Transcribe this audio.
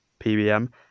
PBM